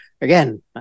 again